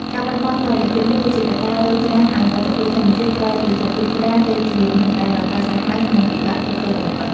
ការបាត់បង់តុល្យភាពនេះ គឺជាកត្តារុញច្រានឱ្យបាតុភូតធម្មជាតិប្រែពីសភាពស្រាល ទៅជាមហន្តរាយដ៏កាចសាហាវ និងពិបាកទប់ទល់បំផុត។